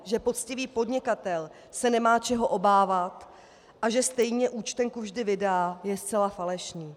Argument, že poctivý podnikatel se nemá čeho obávat a že stejně účtenku vždy vydá, je zcela falešný.